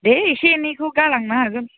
दे एसे एनैखौ गालांनो हागोन